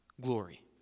glory